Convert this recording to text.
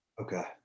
Okay